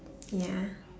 ya